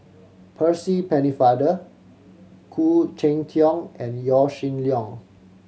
Percy Pennefather Khoo Cheng Tiong and Yaw Shin Leong